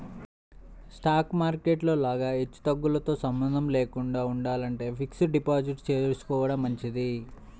stock market లో లాగా హెచ్చుతగ్గులతో సంబంధం లేకుండా ఉండాలంటే ఫిక్స్డ్ డిపాజిట్ చేసుకోడం మంచిది